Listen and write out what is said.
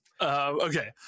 Okay